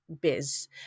biz